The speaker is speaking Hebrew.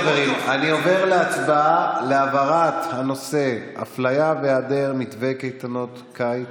חברים: אני עובר להצבעה על העברת הנושא אפליה והיעדר מתווה קייטנות קיץ,